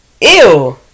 Ew